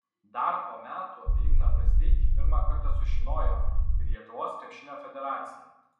dar po metų apie igną brazdeikį pirmą kartą sužinojo ir lietuvos krepšinio federacija